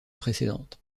précédente